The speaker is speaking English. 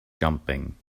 jumping